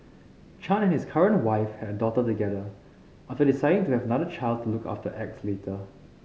Chan and his current wife have a daughter together after deciding to have another child to look after X later